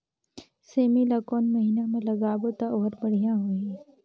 सेमी ला कोन महीना मा लगाबो ता ओहार बढ़िया होही?